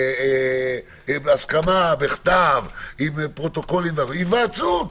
בהסכמה, בכתב, עם פרוטוקולים, היוועצות,